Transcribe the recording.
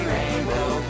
Rainbow